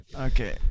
Okay